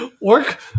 Work